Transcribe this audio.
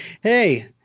Hey